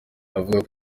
avuga